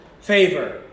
favor